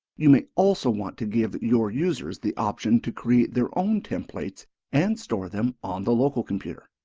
you may also want to give your users the option to create their own templates and store them on the local computer.